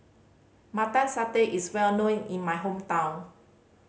Mutton Satay is well known in my hometown